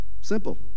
simple